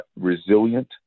resilient